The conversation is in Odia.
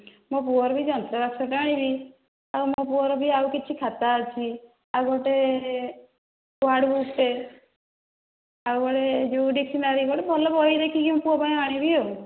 ମୋ ପୁଅର ବି ଯନ୍ତ୍ରବାକ୍ସଟା ଆଣିବି ଆଉ ମୋ ପୁଅର ବି ଆଉ କିଛି ଖାତା ଅଛି ଆଉ ଗୋଟିଏ ୱାର୍ଡ଼ ବୁକ୍ ଟେ ଆଉ ଗୋଟିଏ ଯେଉଁ ଡିକ୍ସନାରୀ ଗୋଟିଏ ଭଲ ବହି ଦେଖିକି ମୋ ପୁଅ ପାଇଁ ଆଣିବି ଆଉ